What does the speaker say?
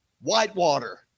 Whitewater